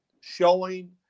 showing